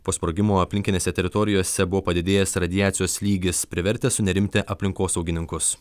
po sprogimo aplinkinėse teritorijose buvo padidėjęs radiacijos lygis privertęs sunerimti aplinkosaugininkus